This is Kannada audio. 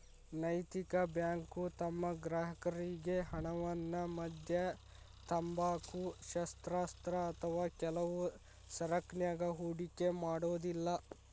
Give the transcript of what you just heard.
ನೈತಿಕ ಬ್ಯಾಂಕು ತಮ್ಮ ಗ್ರಾಹಕರ್ರಿಗೆ ಹಣವನ್ನ ಮದ್ಯ, ತಂಬಾಕು, ಶಸ್ತ್ರಾಸ್ತ್ರ ಅಥವಾ ಕೆಲವು ಸರಕನ್ಯಾಗ ಹೂಡಿಕೆ ಮಾಡೊದಿಲ್ಲಾ